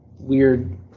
weird